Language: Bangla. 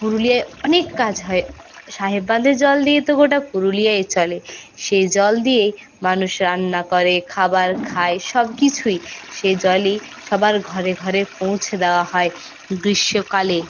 পুরুলিয়ায় অনেক কাজ হয় সাহেব বাঁধের জল দিয়ে তো গোটা পুরুলিয়াই চলে সেই জল দিয়েই মানুষ রান্না করে খাবার খায় সবকিছুই সে জলই সবার ঘরে ঘরে পৌঁছে দেওয়া হয় গ্রীষ্মকালে